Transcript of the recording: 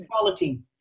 quality